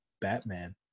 Batman